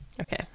Okay